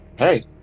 Hey